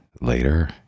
later